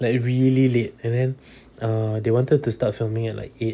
like really late and then ah they wanted to start filming at like eight